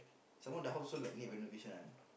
some more the house also like need renovation one